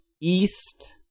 East